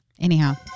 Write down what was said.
Anyhow